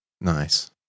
Nice